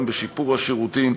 וגם בשיפור השירותים,